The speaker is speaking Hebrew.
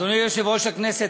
אדוני יושב-ראש הכנסת,